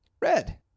red